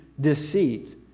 deceit